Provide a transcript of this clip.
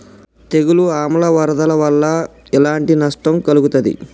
తెగులు ఆమ్ల వరదల వల్ల ఎలాంటి నష్టం కలుగుతది?